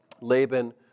Laban